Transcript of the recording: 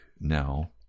now